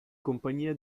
compagnia